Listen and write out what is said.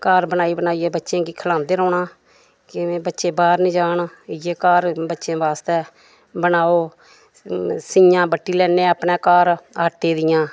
घर बनाई बनाइयै बच्चें गी खलांदे रौह्ना कि के बच्चे बाहर निं जान इ'यै घर बच्चें बास्तै बनाओ सियां बट्टी लैन्ने आं अपने घर आटे दियां